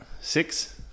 Six